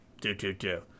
do-do-do